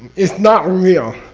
it's not real.